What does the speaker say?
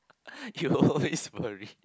you always worry